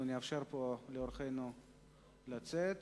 אנחנו נאפשר לאורחים לצאת.